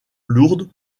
lourde